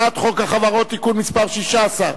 הצעת חוק החברות (תיקון מס' 16),